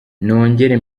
nongere